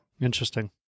Interesting